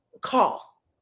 call